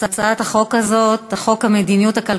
התחולה, של,